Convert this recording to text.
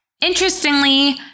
Interestingly